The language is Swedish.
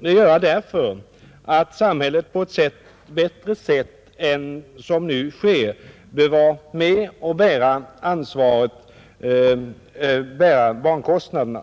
Jag gör det därför att jag anser att samhället på ett bättre sätt än vad som nu sker bör vara med om att bära barnkostnaderna.